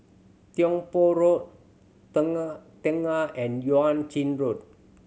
Tiong Poh Road Tengah and Yuan Ching Road